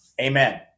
amen